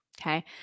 Okay